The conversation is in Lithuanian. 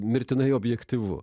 mirtinai objektyvu